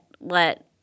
let